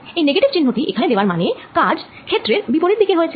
এই নেগেটিভ চিহ্ন টী এখানে দেওয়ার মানে কাজ ক্ষেত্রের বিপরিতে হয়েছে